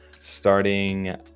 starting